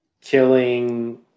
killing